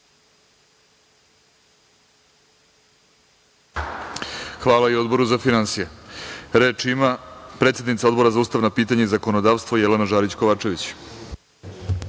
Hvala i Odboru za finansije. Reč ima predsednica Odbora za ustavna pitanja i zakonodavstvo Jelena Žarić Kovačević.